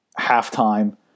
halftime